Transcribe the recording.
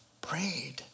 prayed